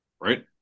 right